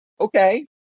Okay